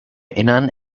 innern